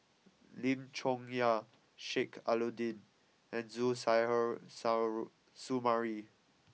Lim Chong Yah Sheik Alau'ddin and Suzairhe Sumari